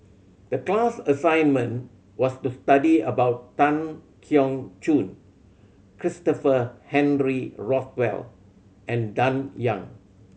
the class assignment was to study about Tan Keong Choon Christopher Henry Rothwell and Dan Ying